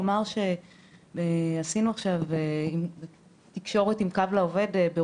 עשינו עכשיו תקשורת עם קו לעובד,